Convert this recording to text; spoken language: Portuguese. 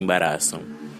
embaçaram